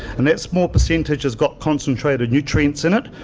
and that small percentage has got concentrated nutrients in it.